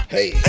Hey